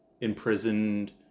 imprisoned